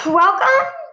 welcome